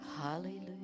Hallelujah